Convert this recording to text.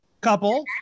couple